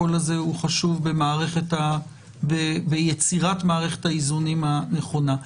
הקול הזה הוא קול חשוב במסגרת יצירת מערכת האיזונים הנכונה.